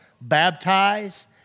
baptize